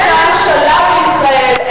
אין ממשלה בישראל,